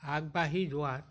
আগবাঢ়ি যোৱাত